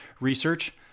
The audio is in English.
research